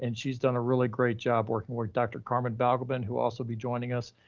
and she's done a really great job working with dr. carmen balgobin who also be joining us.